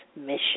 mission